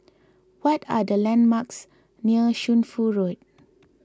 what are the landmarks near Shunfu Road